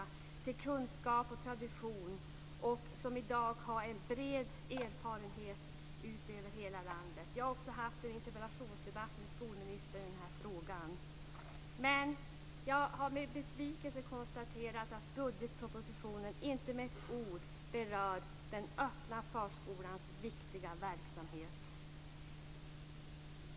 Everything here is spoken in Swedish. Det finns kunskap, tradition och en bred erfarenhet över hela landet. Jag har också haft en interpellationsdebatt med skolministern i den här frågan. Jag har med besvikelse konstaterat att budgetpropositionen inte med ett ord berör den öppna förskolans viktiga verksamhet.